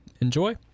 enjoy